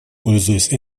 пользуясь